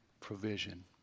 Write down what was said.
provision